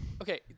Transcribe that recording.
Okay